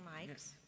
mics